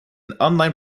online